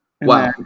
Wow